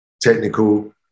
technical